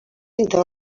pinta